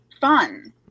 fun